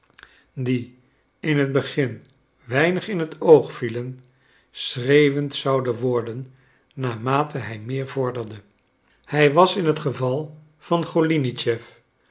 die in het begin weinig in het oog vielen schreeuwend zouden worden naarmate hij meer vorderde hij was in het geval van golinitschef